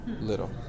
little